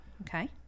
Okay